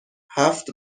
هفت